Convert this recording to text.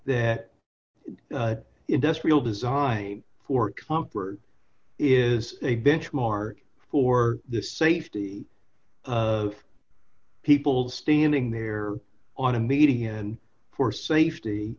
that industrial design for comfort is a benchmark for the safety of people standing there on a meeting and for safety